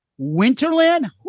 winterland